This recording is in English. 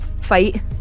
fight